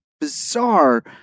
bizarre